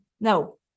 No